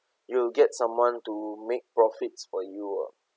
you will get someone to make profits for you ah